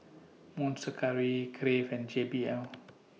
Monster Curry Crave and J B L